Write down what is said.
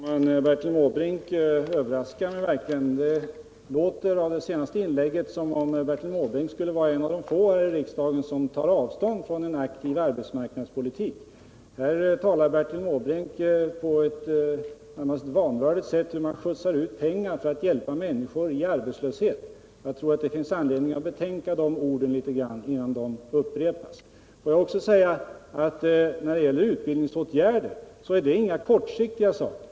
Herr talman! Bertil Måbrink överraskar mig verkligen. Av det senaste inlägget verkar det som om Bertil Måbrink skulle vara en av de få här i riksdagen som tar avstånd från en aktiv arbetsmarknadspolitik. Här talar Bertil Måbrink på ett närmast vanvördigt sätt om hur man skjutsar ut pengar för att hjälpa människor i arbetslöshet. Jag tror att det finns anledning för herr Måbrink att betänka dessa ord litet grand innan de upprepas. Nr 104 Jag vill också säga att när det gäller utbildningsåtgärder är det inte fråga om Torsdagen den några kortsiktiga saker.